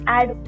Add